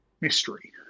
mystery